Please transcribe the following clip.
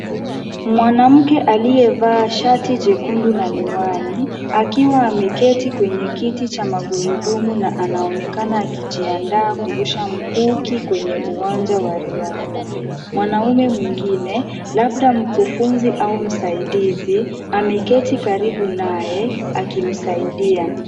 Mwanamke aliyevaa shati jekundu na miwani akiwa ameketi kwenye kiti cha magurudumu na anaonekana kujiandaa kurusha mkuki kwenye uwanja wa riadha. Mwanaume mwingine labda mkufunzi au msaidizi ameketi karibu naye akimsaidia.